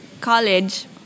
college